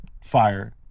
Fire